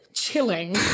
Chilling